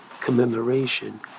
commemoration